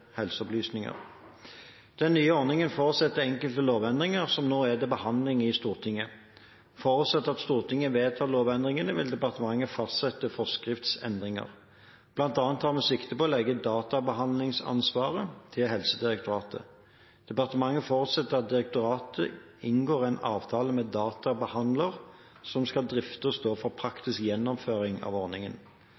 helseopplysninger. Den nye ordningen forutsetter enkelte lovendringer, som nå er til behandling i Stortinget. Forutsatt at Stortinget vedtar lovendringene, vil departementet fastsette forskriftsendringer. Blant annet tar vi sikte på å legge databehandlingsansvaret til Helsedirektoratet. Departementet forutsetter at direktoratet inngår avtale med en databehandler som skal drifte og stå for